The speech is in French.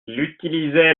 utilisait